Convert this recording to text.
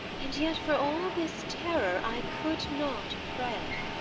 and yet for all this terror i could not pray.